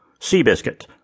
Seabiscuit